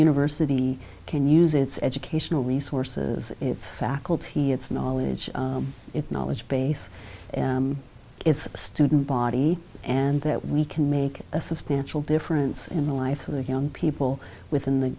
university can use its educational resources its faculty its knowledge its knowledge base its student body and that we can make a substantial difference in the life of the young people within the